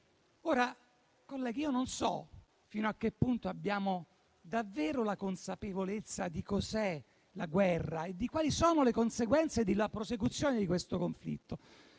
Colleghi, non so fino a che punto abbiamo davvero la consapevolezza di cosa sia la guerra e di quali siano le conseguenze della prosecuzione di questo conflitto.